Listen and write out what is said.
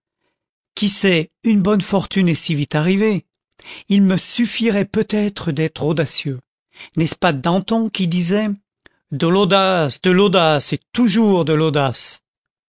qui sait une bonne fortune est si vite arrivée il me suffirait peut-être d'être audacieux n'est-ce pas danton qui disait de l'audace de l'audace et toujours de l'audace